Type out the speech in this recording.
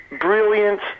brilliant